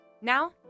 Now